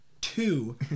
two